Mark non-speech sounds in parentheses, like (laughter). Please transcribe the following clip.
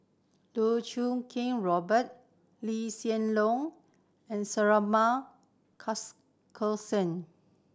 Loh Choo Kiat Robert Lee Hsien Loong and Suratman (unintelligible)